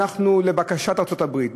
לבקשת ארצות-הברית,